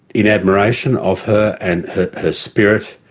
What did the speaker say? in admiration of her and her spirit